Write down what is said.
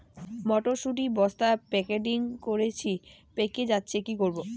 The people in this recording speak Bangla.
মটর শুটি বস্তা প্যাকেটিং করেছি পেকে যাচ্ছে কি করব?